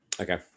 Okay